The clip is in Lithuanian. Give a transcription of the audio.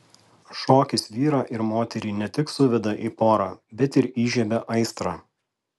šokis vyrą ir moterį ne tik suveda į porą bet ir įžiebia aistrą